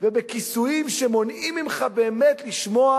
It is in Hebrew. ובכיסויים שמונעים ממך באמת לשמוע